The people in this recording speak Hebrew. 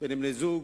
בין בני-זוג,